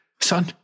son